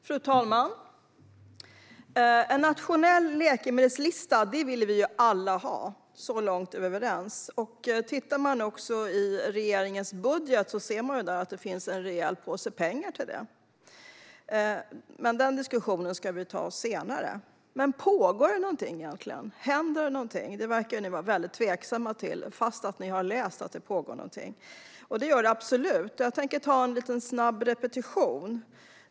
Fru talman! En nationell läkemedelslista vill vi alla ha. Så långt är vi överens. Om man tittar i regeringens budget ser man också att det finns en rejäl påse pengar till det. Men den diskussionen ska vi ta senare. Pågår det något arbete egentligen? Händer det någonting? Det verkar oppositionen vara tveksam till, trots att de har läst att något pågår. Och det gör det absolut. Jag tänker dra en snabb repetition.